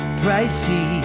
pricey